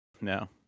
No